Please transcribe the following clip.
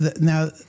now